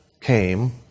came